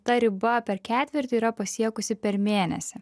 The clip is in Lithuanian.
ta riba per ketvirtį yra pasiekusi per mėnesį